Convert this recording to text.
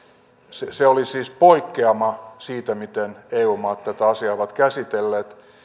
se se oli siis poikkeama siitä miten eu maat tätä asiaa ovat käsitelleet